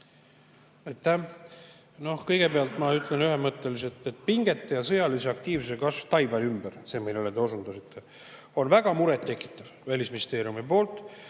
Aitäh! Kõigepealt ma ütlen ühemõtteliselt, et pingete ja sõjalise aktiivsuse kasv Taiwani ümber, see, millele te osutasite, on väga muret tekitav Välisministeeriumi arvates.